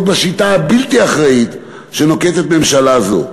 את השיטה הבלתי-אחראית שנוקטת ממשלה זו.